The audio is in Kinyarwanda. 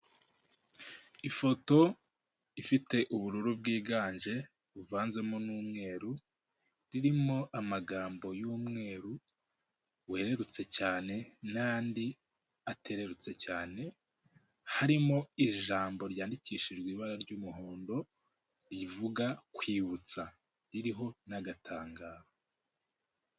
Ifoto ifite ubururu bwiganje, buvanzemo n'umweru, irimo amagambo y'umweru werurutse cyane, n'andi atererutse cyane, harimo ijambo ryandikishijwe ibara ry'umuhondo, rivuga kwibutsa. Ririho n'agatangaro.